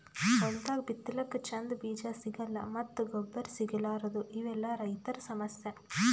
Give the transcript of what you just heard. ಹೊಲ್ದಾಗ ಬಿತ್ತಲಕ್ಕ್ ಚಂದ್ ಬೀಜಾ ಸಿಗಲ್ಲ್ ಮತ್ತ್ ಗೊಬ್ಬರ್ ಸಿಗಲಾರದೂ ಇವೆಲ್ಲಾ ರೈತರ್ ಸಮಸ್ಯಾ